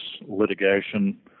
litigation